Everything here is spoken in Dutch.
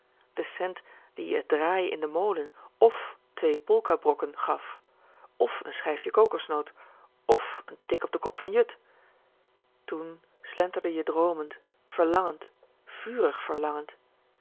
den cent die je het draaien in den molen of twee polkabrokken gaf of n schijfje koksnoot of n tik op den kop van jut tén slenterde je droomend verlangend vurig verlangend